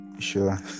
sure